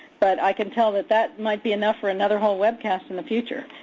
but i can tell that that might be enough for another whole webcast in the future.